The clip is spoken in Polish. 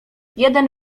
jeden